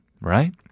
right